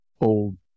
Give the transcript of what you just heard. old